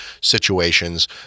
situations